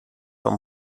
vom